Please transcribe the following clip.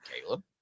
Caleb